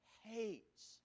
hates